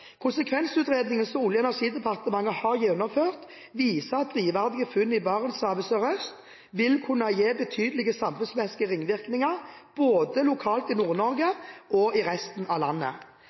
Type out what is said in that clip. Konsekvensutredningen som Olje- og energidepartementet har gjennomført, viser at drivverdige funn i Barentshavet sørøst vil kunne gi betydelige samfunnsmessige ringvirkninger, både lokalt i Nord-Norge og i resten av landet.